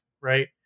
Right